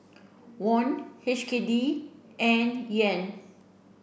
won H K D and Yen